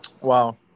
Wow